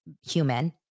human